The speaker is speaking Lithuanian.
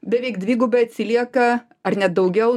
beveik dvigubai atsilieka ar net daugiau